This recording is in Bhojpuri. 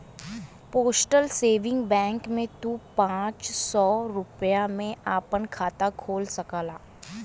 पोस्टल सेविंग बैंक में तू पांच सौ रूपया में आपन खाता खोल सकला